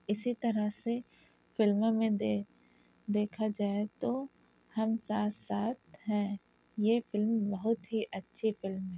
اسی طرح سے فلموں میں دیکھا جائے تو ہم ساتھ ساتھ ہیں یہ فلم بہت ہی اچھی فلم ہے